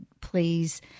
please